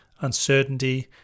uncertainty